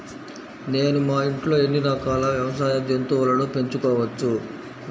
నేను మా ఇంట్లో ఎన్ని రకాల వ్యవసాయ జంతువులను పెంచుకోవచ్చు?